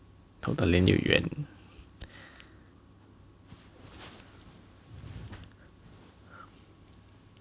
头大脸又圆